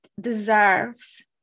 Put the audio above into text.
deserves